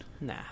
Nah